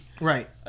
Right